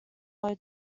low